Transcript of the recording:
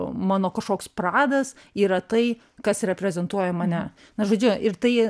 mano kažkoks pradas yra tai kas reprezentuoja mane na žodžiu ir tai